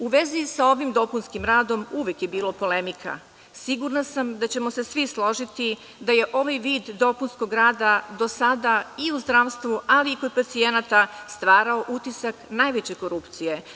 U vezi sa ovim dopunskim radom uvek je bilo polemika, sigurna da ćemo se svi složiti da je ovaj vid dopunskog rada do sada i u zdravstvu, ali i kod pacijenata stvarao utisak najveće korupcije.